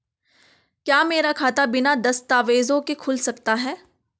क्या मेरा खाता बिना दस्तावेज़ों के खुल सकता है?